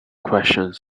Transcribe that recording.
questions